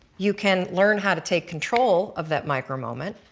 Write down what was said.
you can learn how to take control of that micro moment